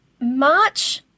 March